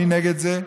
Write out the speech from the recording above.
מנגד זה,